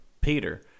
Peter